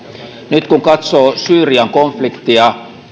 nyt kun katsoo syyrian konfliktia